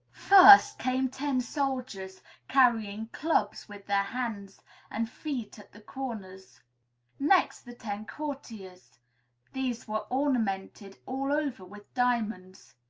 first came ten soldiers carrying clubs, with their hands and feet at the corners next the ten courtiers these were ornamented all over with diamonds.